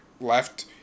left